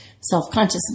self-conscious